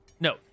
No